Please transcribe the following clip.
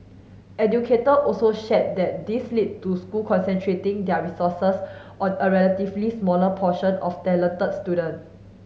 educator also shared that this led to school concentrating their resources on a relatively smaller portion of talent student